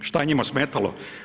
Šta je njima smetalo?